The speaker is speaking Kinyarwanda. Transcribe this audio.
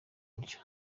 buryo